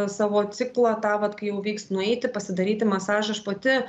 savo ciklą tą vat kai jau reiks nueiti pasidaryti masažą aš pati